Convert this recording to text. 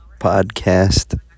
podcast